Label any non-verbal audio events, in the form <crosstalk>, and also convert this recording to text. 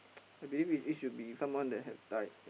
<noise> I believe it it should be someone that had died